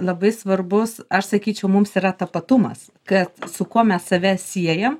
labai svarbus aš sakyčiau mums yra tapatumas kad su kuo mes save siejam